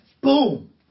Boom